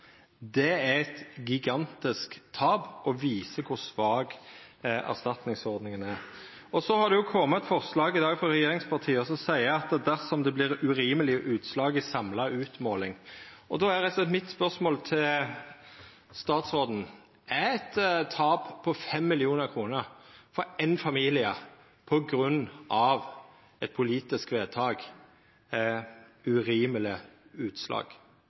Det er eit gigantisk tap og viser kor svak erstatningsordninga er. Det har kome eit forslag frå regjeringspartia i dag der det står at ein «forventer at ordningen justeres dersom det blir urimelige utslag i samlet utmåling av kompensasjon». Då er mitt spørsmål til statsråden rett og slett: Er eit tap på 5 mill. kr for ein familie, på grunn av eit politisk vedtak, eit urimeleg utslag?